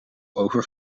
over